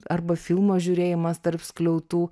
arba filmo žiūrėjimas tarp skliautų